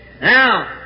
Now